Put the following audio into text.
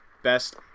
best